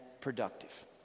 productive